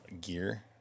gear